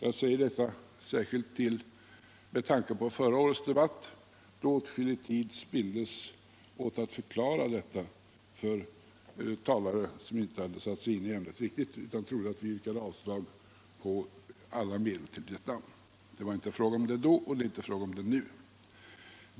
Jag säger detta särskilt med tanke på förra årets debatt, där åtskillig tid spilldes på att förklara detta för talare som inte hade satt sig in i ämnet riktigt utan trodde att vi yrkade avslag på alla medel till Vietnam. Det var inte fråga om det då och det är inte fråga om det nu.